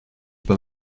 pas